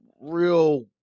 real